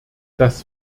das